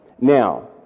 Now